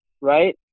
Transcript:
Right